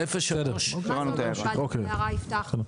בחוק ההסדרים הקודם.